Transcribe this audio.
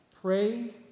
Pray